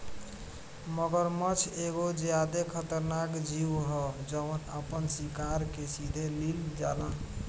मगरमच्छ एगो ज्यादे खतरनाक जिऊ ह जवन आपना शिकार के सीधे लिल जाला